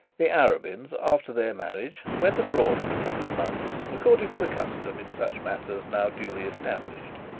the arabins after their marriage went abroad for a couple of months, according the custom in such matters now duly established,